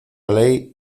ley